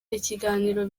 ikiganiro